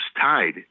tied